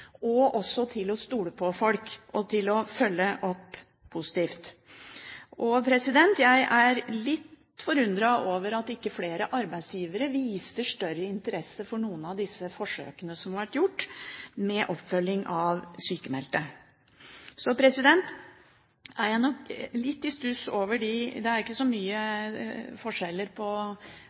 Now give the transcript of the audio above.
og også til å stole på folk og til å følge opp positivt. Jeg er litt forundret over at ikke flere arbeidsgivere viser større interesse for noen av de forsøkene som har vært gjort med oppfølging av sykmeldte. Så er jeg nok litt i stuss over – det er ikke er så store forskjeller på